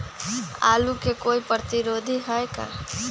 आलू के कोई प्रतिरोधी है का?